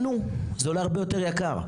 לנו זה עולה הרבה יותר יקר,